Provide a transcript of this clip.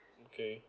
okay